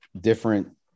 different